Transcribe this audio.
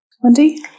Wendy